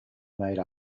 made